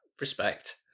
respect